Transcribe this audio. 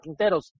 Quinteros